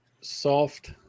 soft